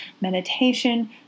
meditation